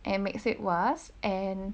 it makes it worse and